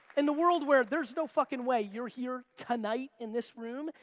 in a world where there's no fuckin' way you're here tonight, in this room,